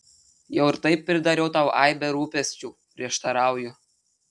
jau ir taip pridariau tau aibę rūpesčių prieštarauju